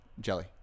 Jelly